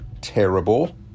terrible